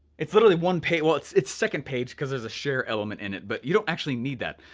it's literally one page, well it's it's second page, cause there's a share element in it. but you don't actually need that.